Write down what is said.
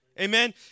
Amen